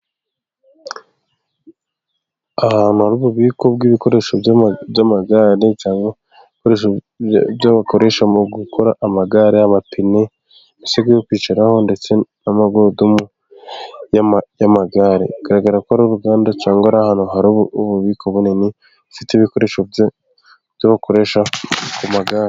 Ahantu hari ububiko bw’ibikoresho by’amagare, cyangwa ibikoresho byo bakoresha mu gukora amagare yaba amapine, imisego yo kwicaraho, ndetse n’amagurudumu y’amagare. Biragaragara ko ari uruganda, cyangwa ari ahantu hari ububiko bunini bufite ibikoresho byo gukoresha amagare.